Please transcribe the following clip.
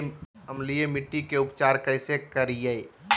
अम्लीय मिट्टी के उपचार कैसे करियाय?